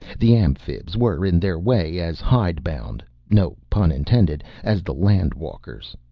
the amphibs were, in their way, as hidebound no pun intended as the land-walkers.